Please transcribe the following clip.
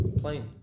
plain